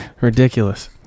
ridiculous